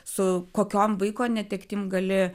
su kokiom vaiko netektim gali